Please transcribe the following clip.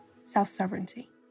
self-sovereignty